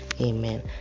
Amen